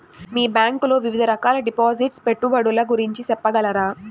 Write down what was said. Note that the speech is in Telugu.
మీ బ్యాంకు లో వివిధ రకాల డిపాసిట్స్, పెట్టుబడుల గురించి సెప్పగలరా?